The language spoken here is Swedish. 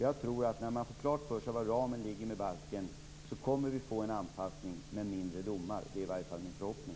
Jag tror att när man får den ram som balken anger klar för sig kommer vi att få en anpassning, med färre domar som följd. Det är i varje fall min förhoppning.